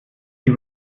sie